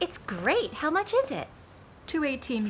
it's great how much is it to eighteen